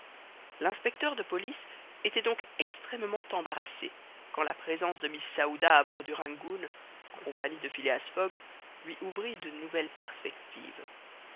l'inspecteur de police était donc extrêmement embarrassé quand la présence de mrs aouda à bord du rangoon en compagnie de phileas fogg lui ouvrit de nouvelles perspectives